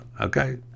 okay